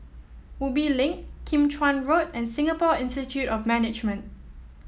Ubi Link Kim Chuan Road and Singapore Institute of Management